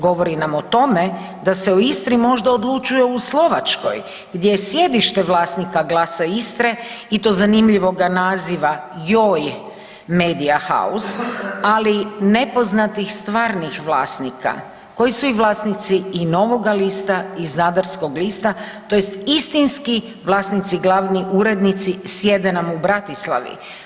Govori nam o tome da se u Istri možda odlučuje u Slovačkoj gdje je sjedište vlasnika „Glasa Istre“ i to zanimljivoga naziva „JOJ Media House“, ali nepoznatih stvarnih vlasnika koji su i vlasnici i Novoga lista i Zadarskog lista tj. istinski vlasnici glavni urednici sjede nam u Bratislavi.